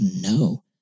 no